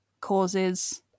causes